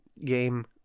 game